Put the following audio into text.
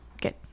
Good